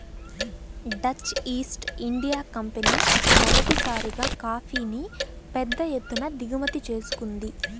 Dutch East India company మొదటిసారిగా కాఫీని పెద్ద ఎత్తున దిగుమతి చేసుకుంది